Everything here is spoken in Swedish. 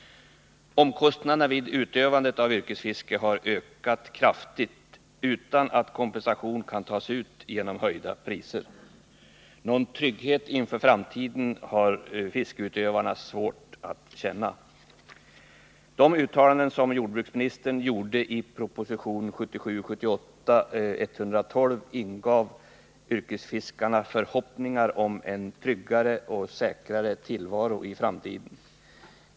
Omkostnaderna vid utövandet av yrkesfiske har ökat kraftigt utan att kompensation kan tas ut genom höjda priser. Någon trygghet inför framtiden har fiskeutövarna svårt att känna. De uttalanden som jordbruksministern gjorde i propositionen 1977/78:112 ingav yrkesfiskarna förhoppningar om en tryggare och säkrare tillvaro i framtiden.